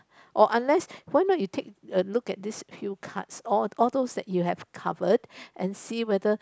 or unless why not you take a look at these Q cards all all those that you have covered and see whether